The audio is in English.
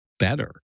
better